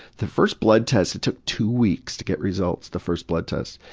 the first blood test took two weeks to get results, the first blood test.